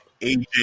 aj